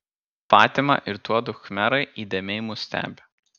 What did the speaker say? fatima ir tuodu khmerai įdėmiai mus stebi